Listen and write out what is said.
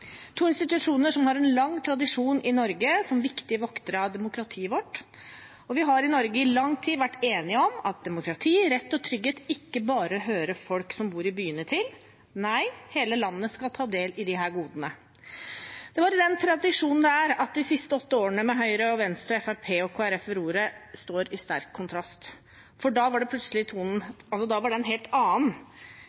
to institusjoner som har en lang tradisjon i Norge som viktige voktere av demokratiet vårt. I Norge har vi i lang tid vært enige om at demokrati, rett og trygghet ikke bare hører til folk som bor i byene. Nei, hele landet skal ta del i disse godene. Det er i den tradisjonen at de siste åtte årene med Høyre, Venstre, Fremskrittspartiet og Kristelig Folkeparti ved roret står i sterk kontrast. Da var tonen plutselig